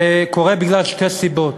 זה קורה משתי סיבות: